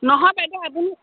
নহয় বাইদেউ আপুনি